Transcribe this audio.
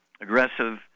aggressive